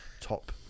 top